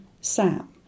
Sam